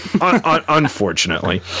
unfortunately